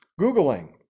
googling